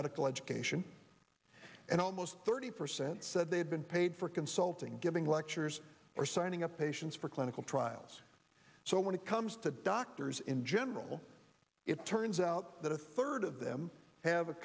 medical education and almost thirty percent said they had been paid for consulting giving lectures or signing up patients for clinical trials so when it comes to doctors in general it turns out that a third of them have a